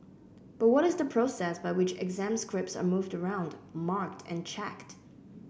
but what is the process by which exam scripts are moved around marked and checked